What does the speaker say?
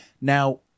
Now